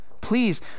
Please